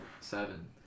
seven